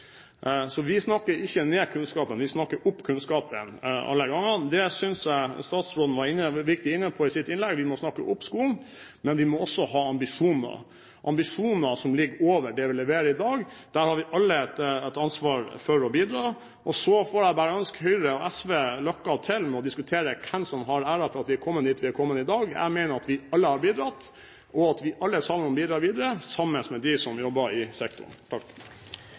Så vi snakker ikke ned kunnskapen, vi snakker opp kunnskapen alle gangene. Det synes jeg var viktig at statsråden var inne på i sitt innlegg. Vi må snakke opp skolen, men vi må også ha ambisjoner som ligger over det vi leverer i dag. Der har vi alle et ansvar for å bidra. Så får jeg bare ønske Høyre og SV lykke til med å diskutere hvem som har æren for at vi har kommet dit vi har kommet i dag. Jeg mener at vi alle har bidratt, og at vi alle sammen bidrar videre, sammen med dem som jobber i sektoren.